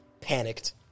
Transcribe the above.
panicked